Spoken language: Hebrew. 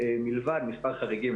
מלבד מספר חריגים,